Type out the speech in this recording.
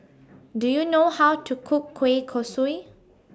Do YOU know How to Cook Kueh Kosui